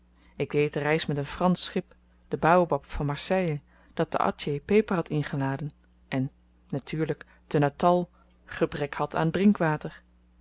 ik deed de reis met een fransch schip de baobab van marseille dat te atjeh peper had ingeladen en natuurlyk te natal gebrek had aan drinkwater